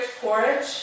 porridge